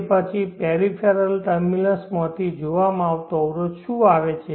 તો પછી પેરિફેરલ ટર્મિનલ્સમાંથી જોવામાં આવતો અવરોધ શું આવે છે